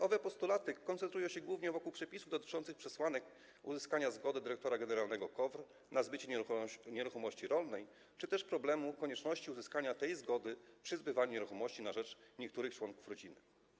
Owe postulaty koncentrują się głównie wokół przepisów dotyczących przesłanek uzyskania zgody dyrektora generalnego KOWR na zbycie nieruchomości rolnej czy też problemu konieczności uzyskania tej zgody przy zbywaniu nieruchomości na rzecz niektórych członków rodziny.